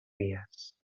vies